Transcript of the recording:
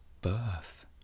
birth